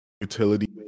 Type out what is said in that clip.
utility